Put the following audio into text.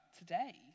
today